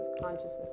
consciousness